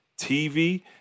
TV